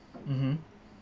mmhmm